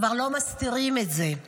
כבר לא מסתירים את זה,